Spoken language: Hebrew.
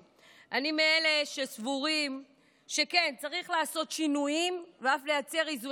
אני מאלה שסבורים שכן צריך לעשות שינויים ואף לייצר איזונים חדשים,